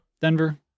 Denver